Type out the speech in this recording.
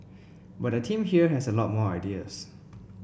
but the team here has a lot more ideas